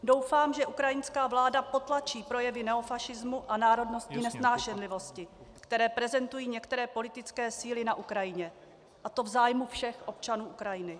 Doufám, že ukrajinská vláda potlačí projevy neofašismu a národnostní nesnášenlivosti, které prezentují některé politické síly na Ukrajině, a to v zájmu všech občanů Ukrajiny.